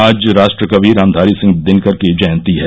आज राष्ट्रकवि रामधारी सिंह दिनकर की जयती है